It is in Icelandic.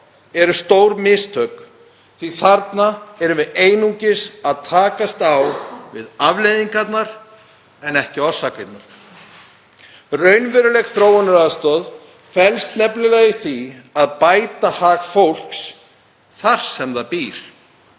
eru stór mistök því að þarna erum við einungis að takast á við afleiðingarnar en ekki orsakirnar. Raunveruleg þróunaraðstoð felst nefnilega í því að bæta hag fólks þar sem það býr,